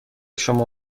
شما